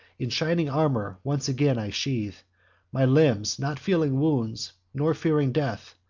in shining armor once again i sheathe my limbs, not feeling wounds, nor fearing death.